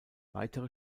weitere